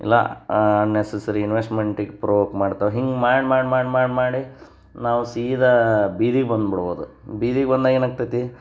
ಇಲ್ಲ ಅನ್ನೆಸ್ಸಸರಿ ಇನ್ವೆಶ್ಟ್ಮೆಂಟಿಗೆ ಪ್ರೋವೋಕ್ ಮಾಡ್ತವೆ ಹಿಂಗೆ ಮಾಡಿ ಮಾಡಿ ಮಾಡಿ ಮಾಡಿ ಮಾಡಿ ಮಾಡಿ ನಾವು ಸೀದಾ ಬೀದಿಗೆ ಬಂದ್ಬಿಡ್ಬೋದು ಬೀದಿಗೆ ಬಂದಾಗ ಏನಾಗ್ತತಿ